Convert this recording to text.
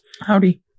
howdy